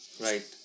Right